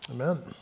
Amen